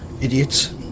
idiots